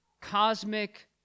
cosmic